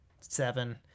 seven